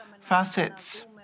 facets